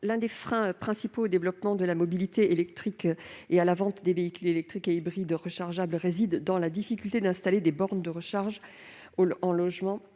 L'un des principaux freins au développement de la mobilité électrique et à la vente des véhicules électriques et hybrides rechargeables réside dans la difficulté d'installer des bornes de recharge dans les